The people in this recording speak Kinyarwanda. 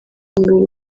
umubiri